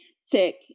sick